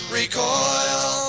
recoil